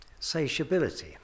satiability